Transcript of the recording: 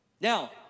Now